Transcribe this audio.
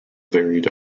varied